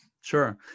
Sure